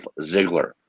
Ziggler